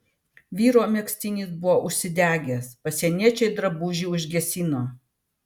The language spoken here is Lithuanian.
vyro megztinis buvo užsidegęs pasieniečiai drabužį užgesino